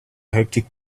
hectic